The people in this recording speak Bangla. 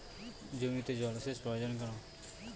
জমিতে জল সেচ প্রয়োজন কেন?